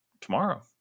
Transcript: tomorrow